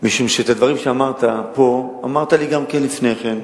משום שאת הדברים שאמרת פה אמרת לי גם לפני כן,